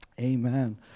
amen